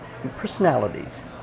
personalities